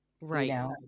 Right